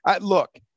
Look